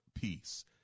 peace